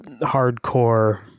hardcore